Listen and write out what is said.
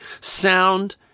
sound